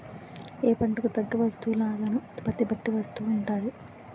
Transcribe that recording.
ఏ పంటకు తగ్గ వస్తువునాగే ఉత్పత్తి బట్టి వస్తువు ఉంటాది